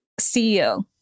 ceo